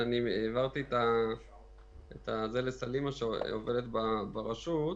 העברתי את רשות הדיבור לסלימה מוסטפא-סלימאן שעובדת ברשות.